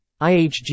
IHG